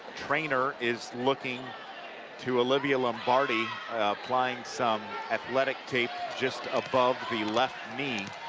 trainer is looking to olivia lombardi applying some athletic tape, just above the left knee.